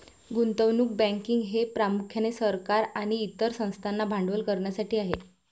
गुंतवणूक बँकिंग हे प्रामुख्याने सरकार आणि इतर संस्थांना भांडवल करण्यासाठी आहे